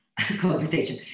conversation